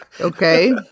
Okay